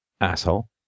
asshole